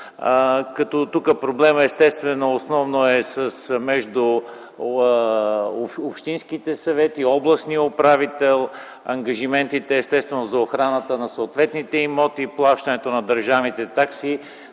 като тук проблемът естествено основно е между общинските съвети, областния управител, ангажиментите за охраната на съответните имоти, плащането на държавните такси,